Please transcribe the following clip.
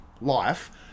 life